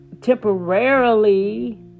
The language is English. temporarily